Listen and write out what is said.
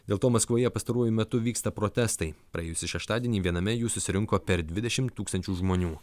dėl to maskvoje pastaruoju metu vyksta protestai praėjusį šeštadienį viename jų susirinko per dvidešimt tūkstančių žmonių